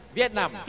Vietnam